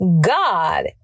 God